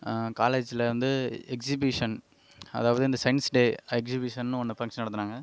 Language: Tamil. காலேஜில் வந்து எக்சிபிஷன் அதாவது இந்த சயன்ஸ் டே எக்சிபிஷனு ஒன்னு ஃபங்க்ஷன் நடத்தினாங்க